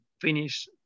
finish